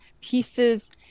pieces